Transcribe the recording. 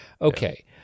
Okay